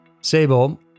Sable